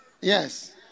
Yes